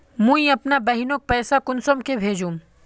मुई अपना बहिनोक पैसा कुंसम के भेजुम?